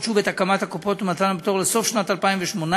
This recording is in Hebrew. שוב את הקמת הקופות ומתן הפטור לסוף שנת 2018,